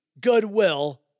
goodwill